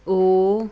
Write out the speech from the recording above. O